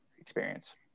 experience